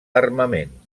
armament